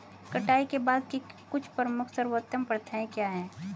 कटाई के बाद की कुछ प्रमुख सर्वोत्तम प्रथाएं क्या हैं?